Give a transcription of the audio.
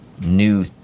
new